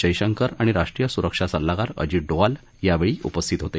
जयशंकर आणि राष्ट्रीय सुरक्षा सल्लागार अजित डोवाल यावेळी उपस्थित होते